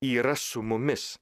yra su mumis